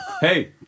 Hey